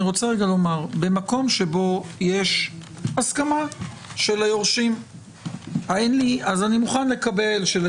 במקום שבו יש הסכמה של היורשים אני מוכן לקבל את ההצעה,